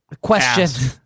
Question